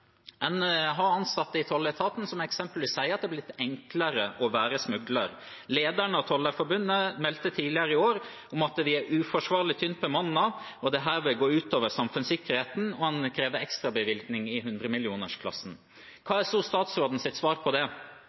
En har eksempelvis ansatte i tolletaten som sier at det er blitt enklere å være smugler. Lederen av Tollerforbundet meldte tidligere i år om at de er uforsvarlig tynt bemannet, og at det vil gå ut over samfunnssikkerheten. Han krever ekstrabevilgninger i hundremillionersklassen. Hva er så statsrådens svar på det?